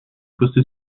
posté